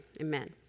amen